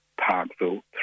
Parkville